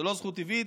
זו לא זכות טבעית,